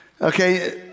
okay